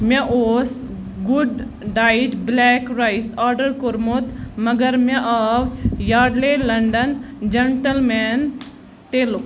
مےٚ اوس good diet black rice order کوٚرمُت مگر مےٚآو یارڈلے لنٛڈن جٮ۪نٹٕل مین ٹیلُک